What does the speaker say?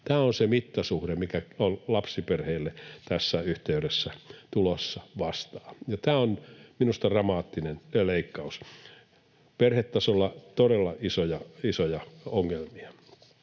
Tämä on se mittasuhde, mikä lapsiperheille tässä yhteydessä on tulossa vastaan, ja tämä on minusta dramaattinen leikkaus, perhetasolla todella isoja, isoja ongelmia.